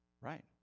Right